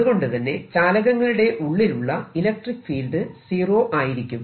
അതുകൊണ്ടുതന്നെ ചാലകങ്ങളുടെ ഉള്ളിലുള്ള ഇലക്ട്രിക്ക് ഫീൽഡ് സീറോ ആയിരിക്കും